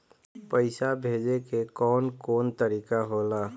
पइसा भेजे के कौन कोन तरीका होला?